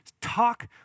talk